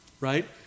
right